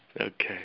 Okay